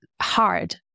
hard